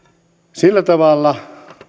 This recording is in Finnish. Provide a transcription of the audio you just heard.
sillä tavalla